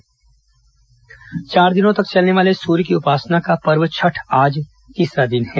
छठ पर्व चार दिनों तक चलने वाले सूर्य की उपासना का पर्व छठ का आज तीसरा दिन है